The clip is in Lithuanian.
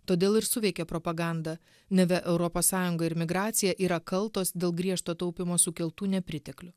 todėl ir suveikė propaganda neva europos sąjunga ir migracija yra kaltos dėl griežto taupymo sukeltų nepriteklių